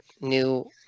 new